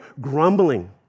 grumbling